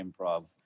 improv